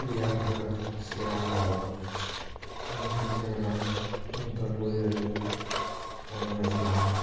Riya Ghatak Shreya Pal Pinki Jana Kuntal Bairagi Animesh Laha